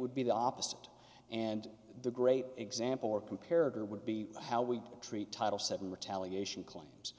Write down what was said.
would be the opposite and the great example or compared or would be how we treat title seven retaliation claims